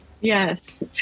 Yes